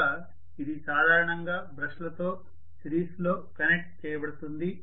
కనుక ఇది సాధారణంగా బ్రష్లతో సిరీస్లో కనెక్ట్ చేయబడుతుంది